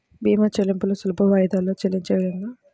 భీమా చెల్లింపులు సులభ వాయిదాలలో చెల్లించే వీలుందా?